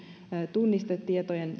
tunnistetietojen